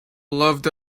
loved